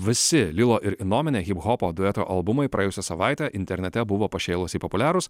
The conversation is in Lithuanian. visi lilo ir innomine hiphopo dueto albumai praėjusią savaitę internete buvo pašėlusiai populiarūs